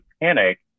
panic